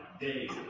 days